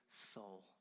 soul